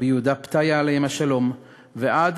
ורבי יהודה פתיה, עליהם השלום, ועד